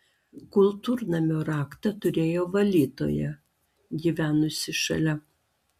kultūrnamio raktą turėjo valytoja gyvenusi šalia